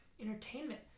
entertainment